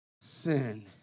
sin